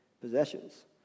possessions